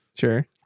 Sure